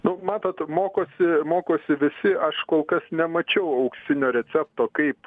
nu matot mokosi mokosi visi aš kol kas nemačiau auksinio recepto kaip